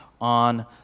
on